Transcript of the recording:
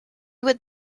would